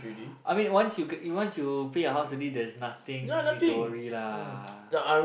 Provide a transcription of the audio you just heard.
I mean once you get once you pay your house already there's nothing need to worry lah